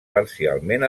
parcialment